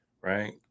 right